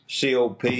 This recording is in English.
COP